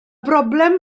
broblem